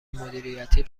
مدیریتی